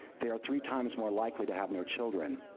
they are three times more likely to have no children.